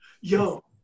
Yo